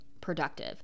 productive